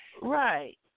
Right